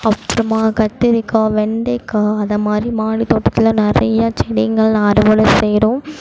அப்புறமா கத்திரிக்காய் வெண்டைக்காய் அது மாதிரி மாடி தோட்டத்தில் நிறைய செடிங்கள்லாம் அறுவடை செய்கிறோம்